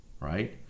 right